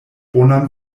bonan